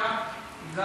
אתה